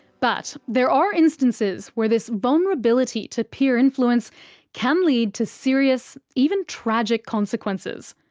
but there are instances where this vulnerability to peer influence can lead to serious, even tragic, consequences.